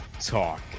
Talk